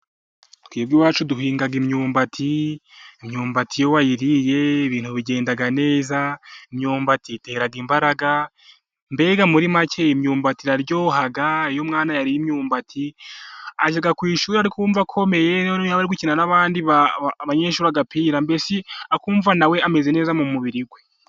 Twebwe iwacu duhinga imyumbati, imyumbati iyo wayiriye ibintu bigenda neza, imyumbati itera imbaraga mbega muri make imyumbati iraryoha, iyo umwana yariye imyumbati ajya ku ishuri ari kumva akomeye, ari gukina n'abandi banyeshuri agapira mbese akumva na we ameze neza mu mubiri we.